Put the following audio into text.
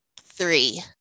Three